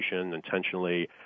intentionally